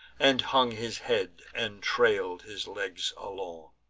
and hung his head, and trail'd his legs along.